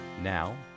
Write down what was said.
Now